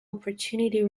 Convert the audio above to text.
opportunities